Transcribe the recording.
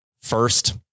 First